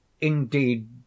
indeed